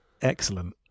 Excellent